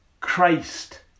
Christ